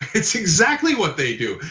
it's exactly what they do.